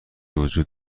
وجود